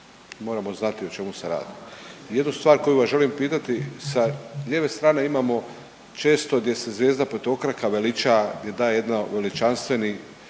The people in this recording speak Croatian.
moramo znati o čemu se radi. Jednu stvar koju vas želim pitati, sa ljeve strane imamo često gdje se zvijezda petokraka veliča gdje daje jedan veličanstveni